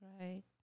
Right